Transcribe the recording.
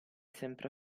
sempre